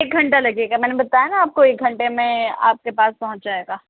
ایک گھنٹا لگے گا میں نے بتایا نہ آپ کو ایک گھنٹے میں آپ کے پاس پہنچ جائے گا